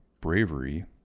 bravery